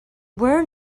were